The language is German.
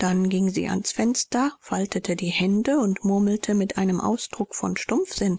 sodann ging sie ans fenster faltete die hände und murmelte mit einem ausdruck von stumpfsinn